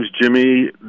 Jimmy